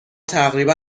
تقریبا